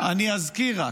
אני אזכיר רק,